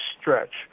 stretch